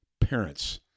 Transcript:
parents